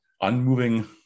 unmoving